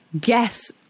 guess